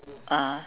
ah